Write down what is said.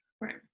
right